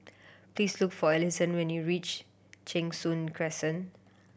please look for Allyson when you reach Cheng Soon Crescent